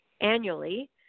annually